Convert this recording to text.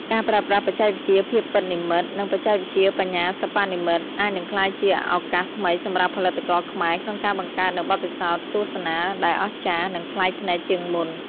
ការប្រើប្រាស់បច្ចេកវិទ្យាភាពពិតនិម្មិត និងបច្ចេកវិទ្យាបញ្ញាសិប្បនិម្មិត អាចនឹងក្លាយជាឱកាសថ្មីសម្រាប់ផលិតករខ្មែរក្នុងការបង្កើតនូវបទពិសោធន៍ទស្សនាដែលអស្ចារ្យ និងប្លែកភ្នែកជាងមុន។